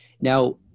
Now